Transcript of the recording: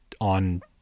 on